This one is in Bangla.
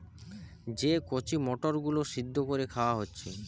যে কচি মটর গুলো সিদ্ধ কোরে খাওয়া হচ্ছে